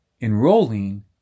Enrolling